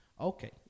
Okay